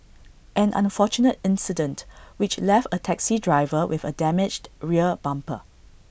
an unfortunate incident which left A taxi driver with A damaged rear bumper